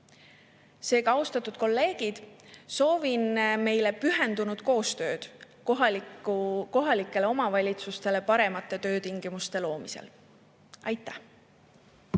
Seega, austatud kolleegid, soovin meile pühendunud koostööd kohalikele omavalitsustele paremate töötingimuste loomisel. Aitäh!